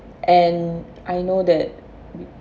and I know that